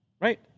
right